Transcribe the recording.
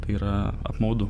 tai yra apmaudu